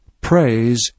Praise